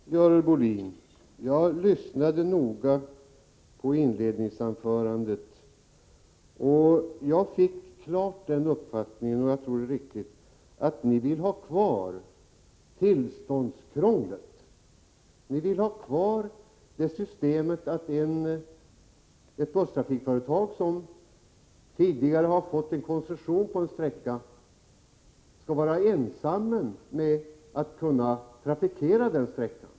Herr talman! Nej, Görel Bohlin, jag lyssnade noga på inledningsanförandet, och jag fick klart den uppfattningen — och jag tror att den är riktig — att ni vill ha kvar tillståndskrånglet. Ni vill ha kvar systemet att ett busstrafikföretag som tidigare har fått koncession på en sträcka skall vara ensamt om att kunna trafikera den sträckan.